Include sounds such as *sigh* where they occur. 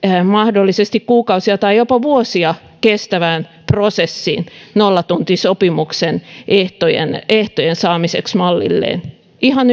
mahdollisesti kuukausia tai jopa vuosia kestävään prosessiin nollatuntisopimuksen ehtojen ehtojen saamiseksi mallilleen ihan *unintelligible*